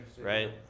right